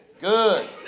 Good